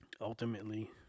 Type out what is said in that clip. ultimately